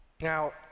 Now